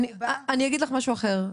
אני אגיד לך משהו אחר.